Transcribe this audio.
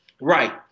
Right